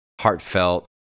heartfelt